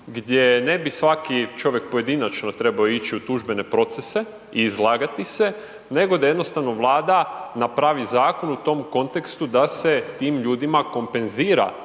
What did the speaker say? gdje ne bi svaki čovjek pojedinačno trebao ići u tužbene procese i izlagati se, nego da jednostavno Vlada napravi zakon u tom kontekstu da se tim ljudima kompenzira